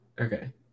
Okay